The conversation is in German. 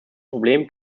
problem